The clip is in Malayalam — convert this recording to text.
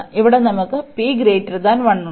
ഇവിടെ നമുക്ക് p 1 ഉണ്ട്